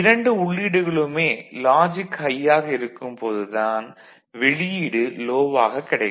இரண்டு உள்ளீடுகளுமே logic high யாக இருக்கும் போது தான் வெளியீடு லோ ஆக கிடைக்கும்